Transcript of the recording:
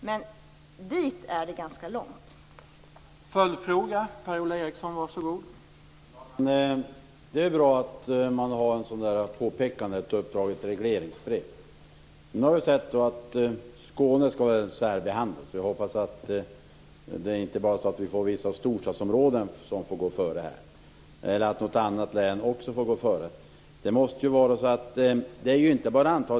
Men det är långt dit.